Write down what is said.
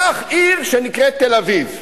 קח עיר שנקראת תל-אביב.